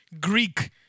Greek